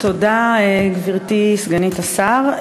תודה, גברתי סגנית השר.